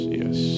yes